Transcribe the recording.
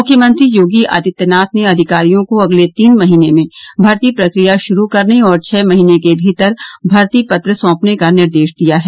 मुख्यमंत्री योगी आदित्यनाथ ने अधिकारियों को अगले तीन महीने में भर्ती प्रक्रिया शुरू करने और छ महीने के भीतर भर्ती पत्र सौंपने का निर्देश दिया है